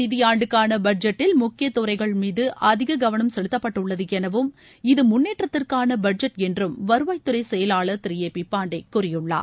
நிதியாண்டுக்கானபட்ஜெட்டில் நடப்பு முக்கியத்துறைகள் மீதுஅதிககவனம் செலுத்தப்பட்டுள்ளதுஎனவும் இது முன்னேற்றத்திற்கானபட்ஜெட் என்றும் வருவாய்த்துறைசெயலாளர் திரு ஏ பிபாண்டேகூறியுள்ளார்